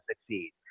succeed